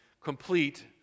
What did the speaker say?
complete